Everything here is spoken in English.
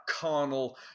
carnal